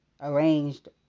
arranged